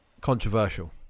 controversial